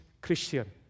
Christian